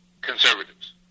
conservatives